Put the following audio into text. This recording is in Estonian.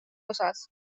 osas